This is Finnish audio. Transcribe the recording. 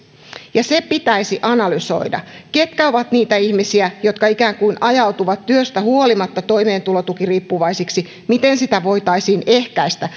ja se pitäisi analysoida ketkä ovat niitä ihmisiä jotka ikään kuin ajautuvat työstä huolimatta toimeentulotukiriippuvaisiksi miten sitä voitaisiin ehkäistä